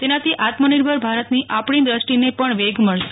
તેનાથી આત્મનિર્ભર ભારતની આપણી દ્રષ્ટિને પણ વેગ મળશે